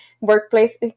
workplace